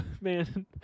man